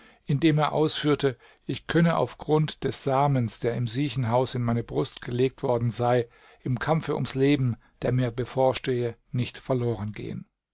indem er ausführte ich könne auf grund des samens der im siechenhause in meine brust gelegt worden sei im kampfe ums leben der mir bevorstehe nicht